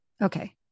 Okay